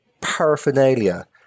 paraphernalia